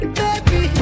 baby